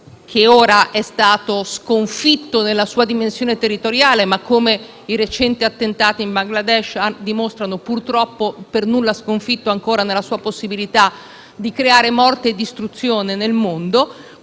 (che ora è stato sconfitto nella sua dimensione territoriale ma, come i recenti attentati in Sri Lanka dimostrano, purtroppo non è per nulla sconfitto nella sua possibilità di creare morte e distruzione nel mondo),